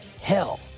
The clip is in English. Hell